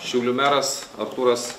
šiaulių meras artūras